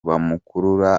bamukurura